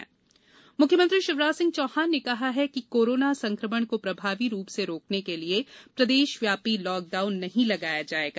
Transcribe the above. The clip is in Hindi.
मुख्यमंत्री लॉकडाउन मुख्यमंत्री शिवराज सिंह चौहान ने कहा है कि कोरोना संक्रमण को प्रभावी रूप से रोकने के लिए प्रदेश व्यापी लॉक डाउन नहीं लगाया जाएगा